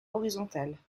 horizontales